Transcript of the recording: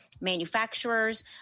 manufacturers